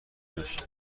نمیشیم